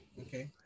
Okay